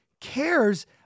cares